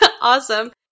Awesome